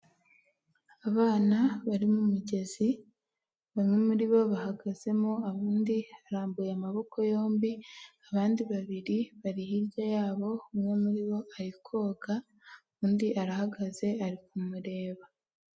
Abana bari mu migezi bamwe muri bo bahagazemo abandi barambuye amaboko yombi abandi babiri bari hirya yabo, umwe muri bo ari koga undi arahagaze ari kumureba.